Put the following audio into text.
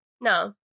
No